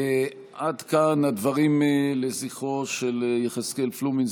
עד כאן הדברים לזכרו של יחזקאל פלומין,